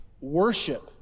worship